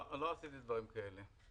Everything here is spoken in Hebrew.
לא, לא עשיתי דברים כאלה.